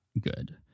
good